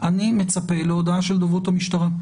אני מצפה להודעה של דוברות המשטרה.